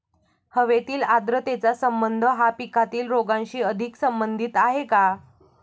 हवेतील आर्द्रतेचा संबंध हा पिकातील रोगांशी अधिक संबंधित आहे का?